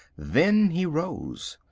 then he rose.